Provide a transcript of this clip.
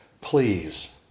please